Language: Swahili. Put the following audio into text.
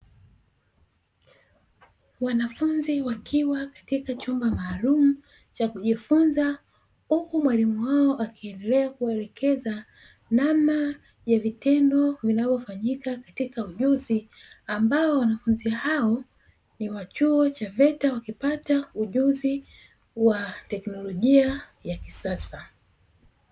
Wanafunzi wakiwa katika chumba maalumu cha kujifunza, huku mwalimu wao akiendelea kuelekeza namna ya vitendo, vinavyofanyika katika ujuzi ambao wanafunzi hao wa chuo cha "VETA" wakipata ujuzi wa teknolojia ya kisasa.